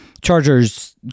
Chargers